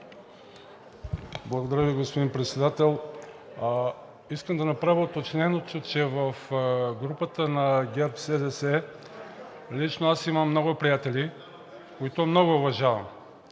Благодаря Ви, господин Председател! Искам да направя уточнението, че в групата на ГЕРБ-СДС лично аз имам много приятели, които много уважавам